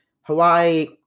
Hawaii